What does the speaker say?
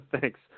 Thanks